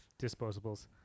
disposables